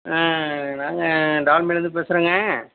ஆ நாங்கள் டால்மிலேருந்து பேசுகிறோங்க